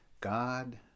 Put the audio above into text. God